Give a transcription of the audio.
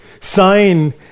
sign